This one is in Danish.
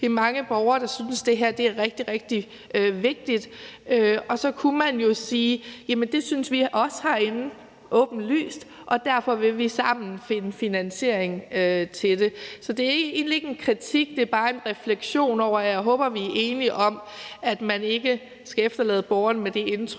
vi er mange borgere, som synes, at det her er rigtig, rigtig vigtigt, og så kunne man jo sige, at det synes vi også herinde, åbenlyst, og derfor vil vi sammen finde finansiering til det. Så det er egentlig ikke en kritik. Det er bare en refleksion, og jeg håber, at vi er enige om, at man ikke skal efterlade borgerne med det indtryk,